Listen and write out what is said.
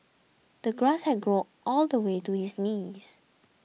the grass had grown all the way to his knees